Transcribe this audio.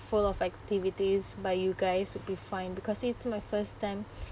full of activities by you guys will be fine because it's my first time